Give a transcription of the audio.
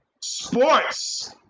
sports